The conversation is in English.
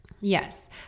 Yes